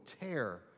tear